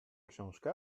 książkę